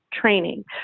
training